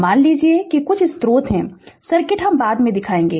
मान लीजिए कि कुछ स्रोत हैं सर्किट हम बाद में दिखायेगे